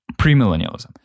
Premillennialism